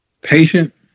patient